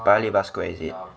paya lebar square is it